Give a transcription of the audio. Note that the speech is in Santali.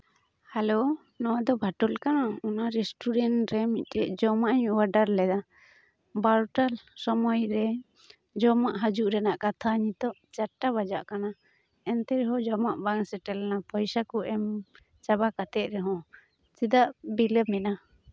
ᱦᱮᱞᱳ ᱱᱚᱣᱟ ᱫᱚ ᱵᱷᱟᱴᱳᱞ ᱠᱟᱱᱟ ᱚᱱᱟ ᱨᱮᱥᱴᱩᱨᱮᱱᱴ ᱨᱮ ᱢᱤᱫᱴᱮᱱ ᱡᱚᱢᱟᱜ ᱤᱧ ᱚᱰᱟᱨ ᱞᱮᱫᱟ ᱵᱟᱨᱚᱴᱟ ᱥᱚᱢᱚᱭ ᱨᱮ ᱡᱚᱢᱟᱜ ᱦᱤᱡᱩᱜ ᱨᱮᱱᱟᱜ ᱠᱟᱛᱷᱟ ᱱᱤᱛᱚᱜ ᱪᱟᱨᱴᱟ ᱵᱟᱡᱟᱜ ᱠᱟᱱᱟ ᱮᱱᱛᱮ ᱨᱮᱦᱚᱸ ᱡᱚᱢᱟᱜ ᱵᱟᱝ ᱥᱮᱴᱮᱨ ᱞᱮᱱᱟ ᱯᱚᱭᱥᱟ ᱠᱚ ᱮᱢ ᱪᱟᱵᱟ ᱠᱟᱛᱮᱫ ᱨᱮᱦᱚᱸ ᱪᱮᱫᱟᱜ ᱵᱤᱞᱚᱢ ᱮᱱᱟ